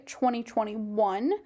2021